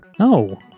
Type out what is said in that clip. No